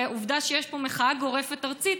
ועובדה שיש פה מחאה גורפת ארצית,